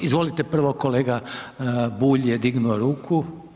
Izvolite prvo kolega Bulj je dignuo ruku.